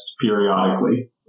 periodically